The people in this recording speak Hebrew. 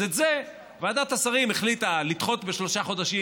אז את זה ועדת השרים החליטה לדחות בשלושה חודשים,